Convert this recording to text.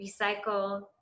Recycle